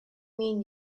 mean